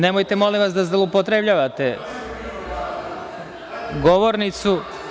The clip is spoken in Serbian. Nemojte, molim vas, da zloupotrebljavate govornicu.